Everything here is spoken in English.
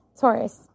Taurus